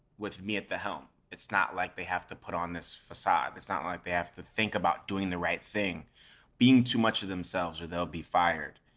with me at the helm. it's not like they have to put on this facade. it's not like they have to think about doing the right thing or being too much of themselves or they'll be fired.